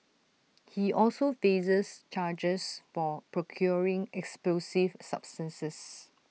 he also faces charges for procuring explosive substances